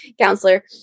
counselor